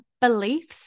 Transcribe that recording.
beliefs